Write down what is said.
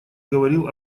говорил